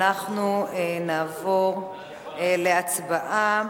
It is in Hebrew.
אנחנו נעבור להצבעה